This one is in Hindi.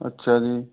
अच्छा जी